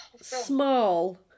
small